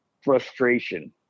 frustration